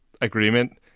agreement